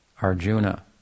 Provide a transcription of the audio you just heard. Arjuna